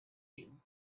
you